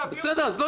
אז לא.